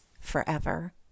forever